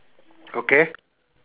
okay